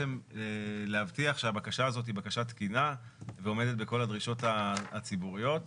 להבטיח שהבקשה הזאת היא תקינה ועומדת בכל הדרישות הציבוריות,